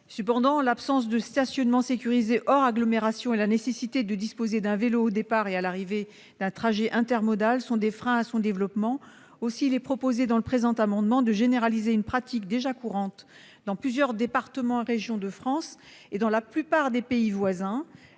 Cependant, l'absence de stationnements sécurisés hors agglomération et la nécessité de disposer d'un vélo au départ et à l'arrivée d'un trajet intermodal sont des freins à son développement. Aussi proposons-nous de généraliser une pratique déjà courante dans plusieurs départements et régions de France, et dans la plupart de nos pays voisins